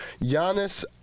Giannis